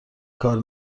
کار